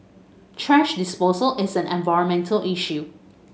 thrash disposal is an environmental issue